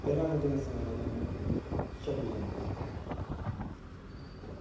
पैह्ला में तुसें सनाना चाह्नां छब्बी जनबरी